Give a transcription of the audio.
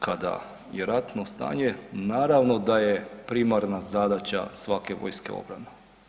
Kada je ratno stanje naravno da je primarna zadaća svake vojske obrana.